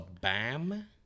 bam